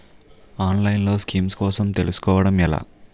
ఆన్లైన్లో స్కీమ్స్ కోసం తెలుసుకోవడం ఎలా?